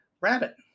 rabbit